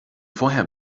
vorher